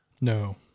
No